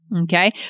Okay